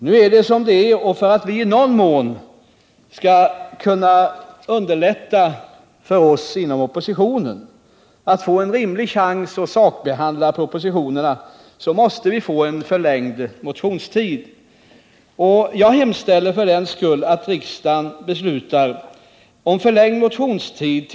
Nu är det som det är, och för att i någon mån underlätta för oss inom oppositionen att få en rimlig chans att sakbehandla propositionerna måste motionstiden förlängas. Jag hemställer för den skull att riksdagen beslutar om förlängd motionstid t.